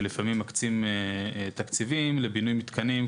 שלפעמים מקצים תקציבים לבינוי מתקנים,